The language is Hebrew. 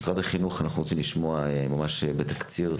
משרד החינוך, אנחנו מעוניינים לשמוע ממש בתקציר.